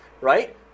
right